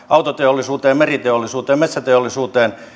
autoteollisuuteen meriteollisuuteen metsäteollisuuteen